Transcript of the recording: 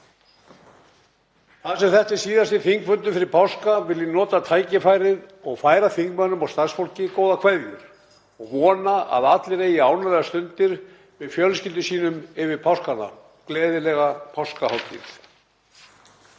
Þar sem þetta er síðasti þingfundur fyrir páska vil ég nota tækifærið og færa þingmönnum og starfsfólki góðar kveðjur og vona að allir eigi ánægjulegar stundir með fjölskyldum sínum yfir páskana. — Gleðilega páskahátíð.